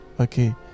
okay